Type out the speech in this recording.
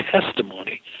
testimony